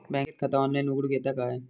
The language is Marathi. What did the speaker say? बँकेत खाता ऑनलाइन उघडूक येता काय?